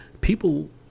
People